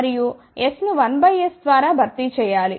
మరియు s ను 1 by s ద్వారా భర్తీ చేయాలి